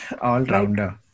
All-rounder